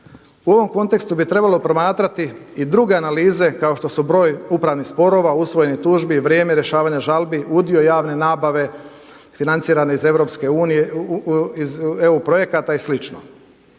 U ovom kontekstu bi trebalo promatrati i druge analize kao što su broj upravnih sporova, usvojenih tužbi, vrijeme rješavanja žalbi, udio javne nabave financirane iz Europske unije,